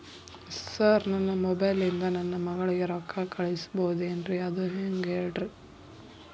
sir ನನ್ನ mobile ಇಂದ ನನ್ನ ಮಗಳಿಗೆ ರೊಕ್ಕಾ ಕಳಿಸಬಹುದೇನ್ರಿ ಅದು ಹೆಂಗ್ ಹೇಳ್ರಿ